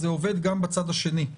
זה עובד גם בצד השני.